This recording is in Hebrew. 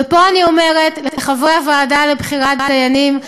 ופה אני אומרת לחברי הוועדה לבחירת דיינים,